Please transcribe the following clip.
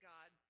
God